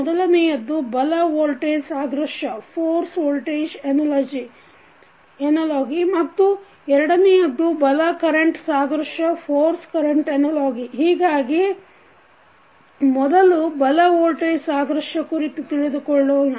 ಮೊದಲನೆಯದ್ದು ಬಲ ವೋಲ್ಟೇಜ್ ಸಾದೃಶ್ಯ ಮತ್ತು ಎರಡನೆಯದ್ದು ಬಲ ಕರೆಂಟ್ ಸಾದೃಶ್ಯ ಹೀಗಾಗಿ ಮೊದಲು ಬಲ ವೋಲ್ಟೇಜ್ ಸಾದೃಶ್ಯ ಕುರಿತು ತಿಳಿದುಕೊಳ್ಳೋಣ